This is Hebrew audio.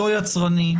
לא יצרני,